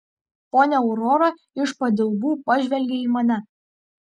ponia aurora iš padilbų pažvelgė į mane